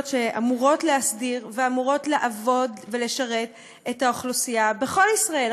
שאמורות להסדיר ואמורות לעבוד ולשרת את האוכלוסייה בכל ישראל.